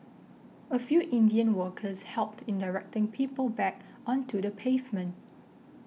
a few Indian workers helped in directing people back onto the pavement